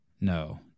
No